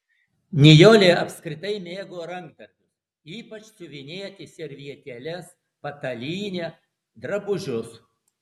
nijolė apskritai mėgo rankdarbius ypač siuvinėti servetėles patalynę drabužius